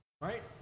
right